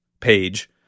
page